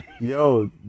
Yo